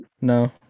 No